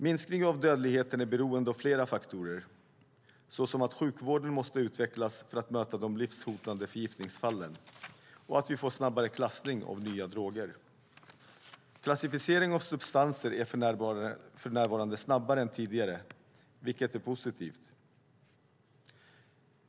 Minskning av dödligheten är beroende av flera faktorer, såsom att sjukvården måste utvecklas för att möta de livshotande förgiftningsfallen och att vi får snabbare klassning av nya droger. Klassificering av substanser är för närvarande snabbare än tidigare, vilket är positivt.